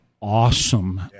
awesome